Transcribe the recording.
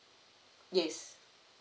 yes